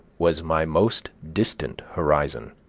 was my most distant horizon.